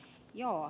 joo